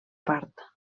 part